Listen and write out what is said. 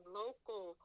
local